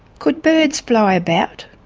could birds fly about?